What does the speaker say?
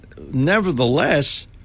nevertheless